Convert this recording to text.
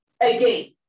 Again